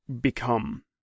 become